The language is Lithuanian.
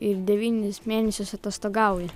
ir devynis mėnesius atostogauji